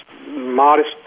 modest